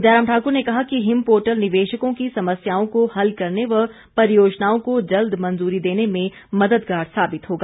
जयराम ठाकुर ने कहा कि हिम पोर्टल निवेशकों की समस्याओं को हल करने व परियोजनाओं को जल्द मंजूरी देने में मददगार साबित होगा